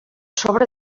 sobre